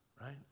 right